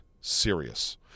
serious